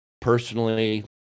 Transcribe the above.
Personally